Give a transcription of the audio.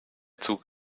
zug